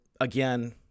again